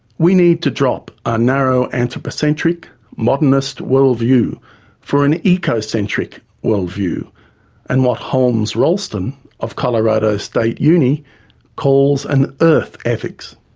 we need to drop our narrow anthropocentric modernist worldview for an eco-centric worldview and what holmes rolston of colorado state uni calls an earth ethics.